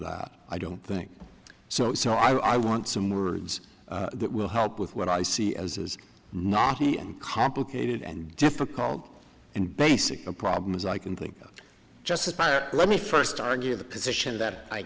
that i don't think so so i want some words that will help with what i see as is not complicated and difficult and basic the problem is i can think just let me first argue the position that i